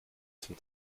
zum